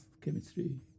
chemistry